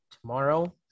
tomorrow